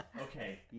Okay